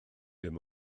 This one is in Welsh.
ddim